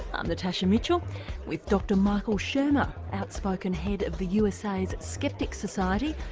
i'm natasha mitchell with dr michael shermer outspoken head of the usa's skeptics society,